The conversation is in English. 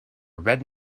red